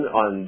on